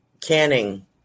canning